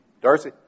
Darcy